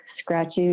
scratches